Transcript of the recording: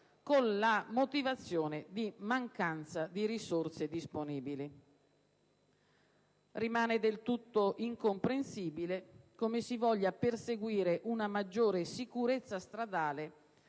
con la motivazione della mancanza di risorse disponibili. Rimane del tutto incomprensibile come si voglia perseguire una maggiore sicurezza stradale